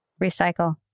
Recycle